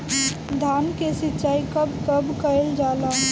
धान के सिचाई कब कब कएल जाला?